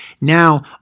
Now